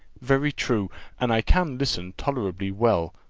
very true and i can listen tolerably well,